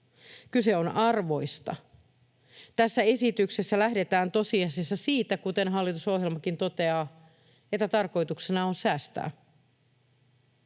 Kyse on arvoista. Tässä esityksessä lähdetään tosiasiassa siitä, kuten hallitusohjelmakin toteaa, että tarkoituksena on säästää.